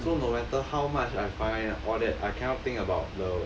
so no matter how much I find all that I cannot think about the